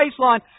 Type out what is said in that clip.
baseline